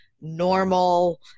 normal